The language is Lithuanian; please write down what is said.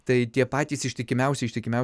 tai tie patys ištikimiausi ištikimiausi fanai jie